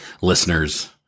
listeners